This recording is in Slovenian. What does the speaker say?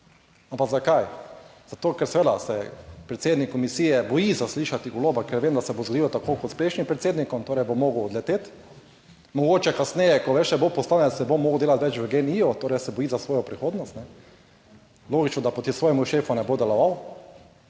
ampak zakaj, zato ker seveda se predsednik komisije boji zaslišati Goloba, ker vem, da se bo zgodilo tako kot s prejšnjim predsednikom, torej bo moral odleteti, mogoče kasneje, ko več ne bo poslanec, ne bo mogel delati več v GEN-I, torej se boji za svojo prihodnost. Logično, da proti svojemu šefu ne bo deloval,